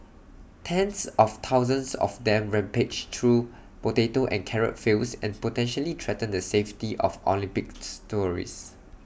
tens of thousands of them rampage through potato and carrot fields and potentially threaten the safety of Olympics tourists